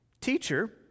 Teacher